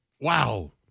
wow